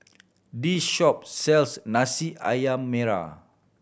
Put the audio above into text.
this shop sells ayam merah